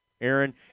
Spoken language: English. Aaron